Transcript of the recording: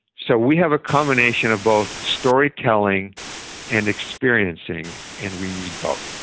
so we have a combination of both storytelling and experiencing and we need both.